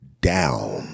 down